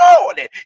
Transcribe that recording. morning